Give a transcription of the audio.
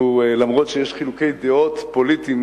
למרות שיש חילוקי דעות פוליטיים,